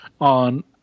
on